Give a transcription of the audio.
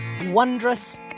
wondrous